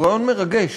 הוא רעיון מרגש.